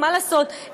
מה לעשות,